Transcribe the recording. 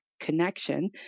connection